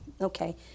okay